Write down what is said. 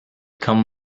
come